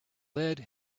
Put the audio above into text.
lead